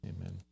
Amen